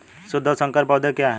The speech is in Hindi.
शुद्ध और संकर पौधे क्या हैं?